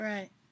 Right